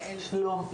שלום.